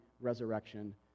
resurrection